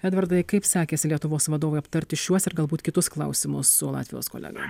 edvardai kaip sekėsi lietuvos vadovui aptarti šiuos ir galbūt kitus klausimus su latvijos kolegom